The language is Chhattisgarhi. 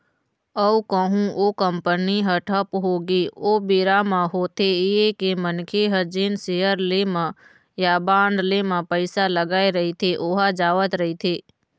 अउ कहूँ ओ कंपनी ह ठप होगे ओ बेरा म होथे ये के मनखे ह जेन सेयर ले म या बांड ले म पइसा लगाय रहिथे ओहा जावत रहिथे